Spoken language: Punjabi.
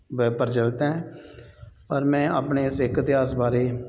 ਵੈ ਪ੍ਰਚਿਲਤ ਹੈ ਪਰ ਮੈਂ ਆਪਣੇ ਸਿੱਖ ਇਤਿਹਾਸ ਬਾਰੇ